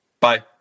bye